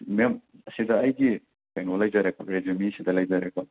ꯃꯦꯝ ꯁꯤꯗ ꯑꯩꯒꯤ ꯀꯩꯅꯣ ꯂꯩꯖꯔꯦ ꯔꯦꯁꯨꯃꯤ ꯁꯤꯗ ꯂꯩꯖꯔꯦꯀꯣ